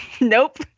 Nope